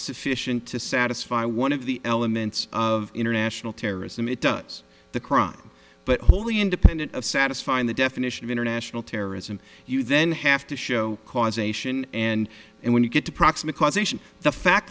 sufficient to satisfy one of the elements of international terrorism it does the crime but wholly independent of satisfying the definition of international terrorism you then have to show causation and when you get to proximate causation the fact